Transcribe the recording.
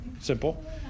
simple